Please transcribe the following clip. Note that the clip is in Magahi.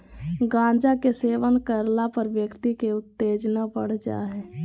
गांजा के सेवन करला पर व्यक्ति के उत्तेजना बढ़ जा हइ